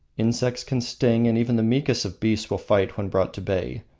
insects can sting, and even the meekest of beasts will fight when brought to bay.